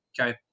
okay